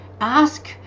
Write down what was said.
ask